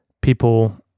people